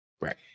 right